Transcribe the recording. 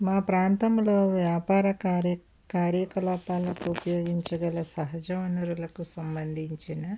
మా ప్రాంతంలో వ్యాపార కార్య కార్యకలాపాలకు ఉపయోగించగల సహజ వనరులకు సంబంధించిన